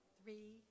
three